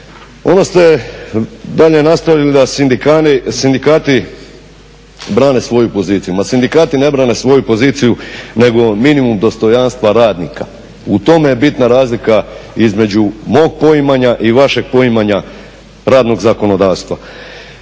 Onda ste dalje nastavili da sindikati brane svoju poziciju. Ma sindikati ne brane svoju poziciju nego minimum dostojanstva radnika. U tome je bitna razlika između mog poimanja i vašeg poimanja radnog zakonodavstva.